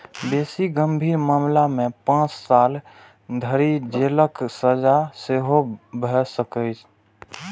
बेसी गंभीर मामला मे पांच साल धरि जेलक सजा सेहो भए सकैए